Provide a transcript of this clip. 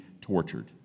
tortured